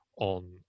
on